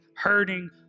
hurting